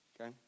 okay